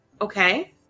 okay